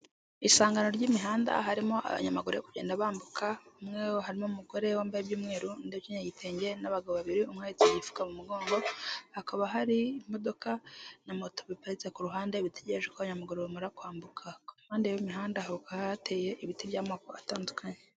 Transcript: Isangano ry'imihanda harimo abanyamaguru kugenda bambuka, umwe harimo umugore we wambaye iby'umweru ndetse n'igitenge n'abagabo babiri umwe agiye yipfuka mu mugongo hakaba hari imodoka na moto biparitse ku ruhande bitegereje ko abanyamaguru bamara kwambukapande y'imihanda hateye ibiti by'amoko atandukanye.